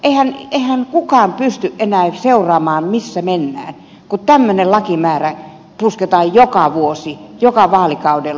eihän kukaan pysty enää seuraamaan missä mennään kun tämmöinen lakimäärä pusketaan joka vuosi joka vaalikaudella